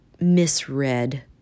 misread